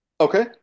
Okay